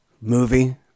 movie